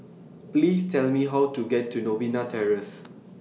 Please Tell Me How to get to Novena Terrace